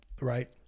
right